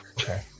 okay